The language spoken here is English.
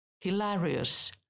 hilarious